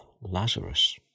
Lazarus